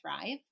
thrive